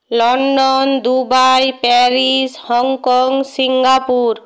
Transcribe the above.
London Dubai Paris Hong Kong Singapore